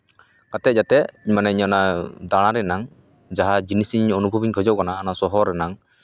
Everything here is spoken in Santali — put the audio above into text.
ᱠᱟᱛᱮᱜ ᱢᱟᱱᱮ ᱤᱧ ᱚᱱᱟᱧ ᱫᱟᱬᱟ ᱨᱮᱱᱟᱝ ᱡᱟᱦᱟᱸ ᱡᱤᱱᱤᱥ ᱚᱱᱩᱵᱷᱚᱵᱽ ᱤᱧ ᱠᱷᱚᱡᱚᱜ ᱠᱟᱱᱟ ᱚᱱᱟ ᱥᱚᱦᱚᱨ ᱨᱮᱱᱟᱝ